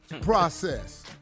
process